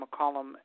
McCollum